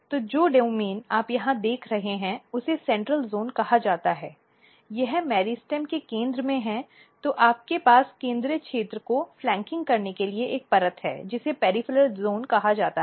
तो जो डोमेन आप यहाँ देख रहे हैं उसे सेंट्रल ज़ोन कहा जाता है यह मेरिस्टेम के केंद्र में है तो आपके पास केंद्रीय क्षेत्र को फ़्लैंकिंग करने के लिए एक परत है जिसे पॅरिफ़ॅरॅल ज़ोन कहा जाता है